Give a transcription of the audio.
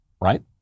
right